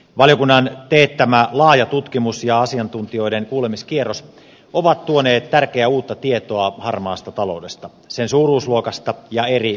valiokunnan teettämä laaja tutkimus ja asiantuntijoiden kuulemiskierros ovat tuoneet tärkeää uutta tietoa harmaasta taloudesta sen suuruusluokasta ja eri ilmenemismuodoista